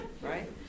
right